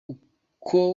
uko